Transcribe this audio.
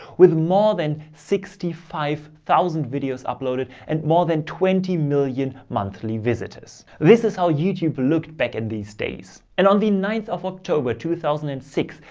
with more than sixty five thousand videos uploaded and more than twenty million monthly visitors. this is how youtube looked back in these days. and on the ninth of october two thousand and six,